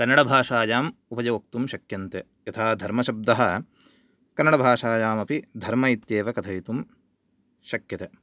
कन्नडभाषायाम् उपयोक्तुं शक्यन्ते यथा धर्म शब्दः कन्नडभाषायाम् अपि धर्म इत्येव कथयितुं शक्यते